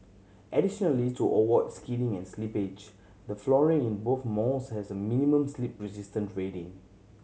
additionally to avoid skidding and slippage the flooring in both malls has a minimum slip resistance rating